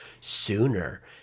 sooner